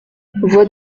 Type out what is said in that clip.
voix